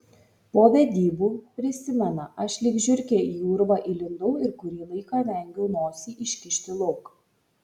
po vedybų prisimena aš lyg žiurkė į urvą įlindau ir kurį laiką vengiau nosį iškišti lauk